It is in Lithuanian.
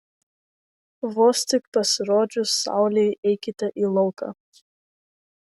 vos tik pasirodžius saulei eikite į lauką